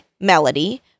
Melody